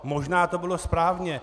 Možná to bylo správně.